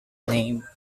named